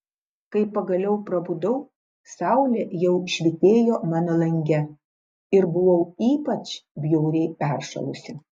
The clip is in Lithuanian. kai pagaliau prabudau saulė jau švytėjo mano lange ir buvau ypač bjauriai peršalusi